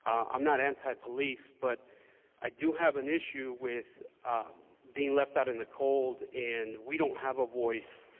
i'm not anti-police, but i do have an issue with being left out in the cold, and we don't have a voice.